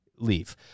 Leave